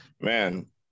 man